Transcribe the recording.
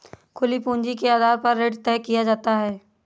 खुली पूंजी के आधार पर ऋण तय किया जाता है